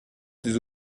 plus